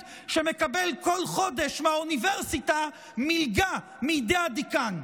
שמקבל כל חודש מהאוניברסיטה מלגה מידי הדיקן.